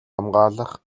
хамгаалах